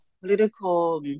Political